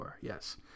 Yes